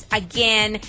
again